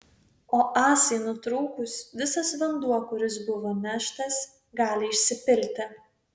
o ąsai nutrūkus visas vanduo kuris buvo neštas gali išsipilti